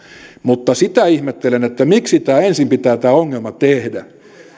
mutta sitä ihmettelen että miksi ensin pitää tämä ongelma tehdä